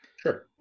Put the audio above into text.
Sure